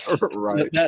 Right